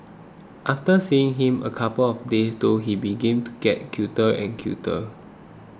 after seeing him a couple of days though he began to get cuter and cuter